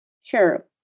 sure